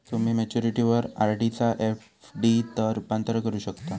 तुम्ही मॅच्युरिटीवर आर.डी चा एफ.डी त रूपांतर करू शकता